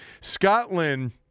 Scotland